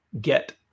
get